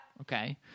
Okay